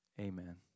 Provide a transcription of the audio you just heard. Amen